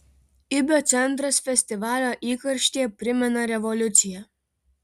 ibio centras festivalio įkarštyje primena revoliuciją